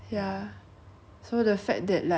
he gonna released a new album